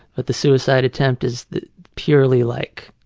but the suicide attempt is purely like